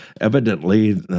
evidently